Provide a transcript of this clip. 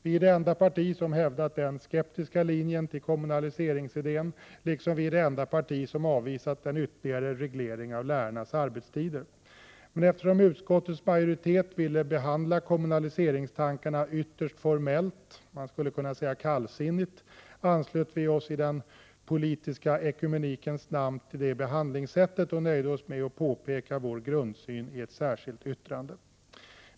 Vi är det enda parti som har varit skeptiska emot kommunaliseringsidén, liksom vi är det enda parti som har avvisat en ytterligare reglering av lärarnas arbetstider. Eftersom utskottsmajoriteten emellertid ville behandla kommunaliseringstanken ytterst formellt, man skulle kunna säga kallsinnigt, anslöt vi oss i den politiska ekumenikens namn till det behandlingssättet och nöjde oss med att påpeka vår grundsyn i ett särskilt yttrande.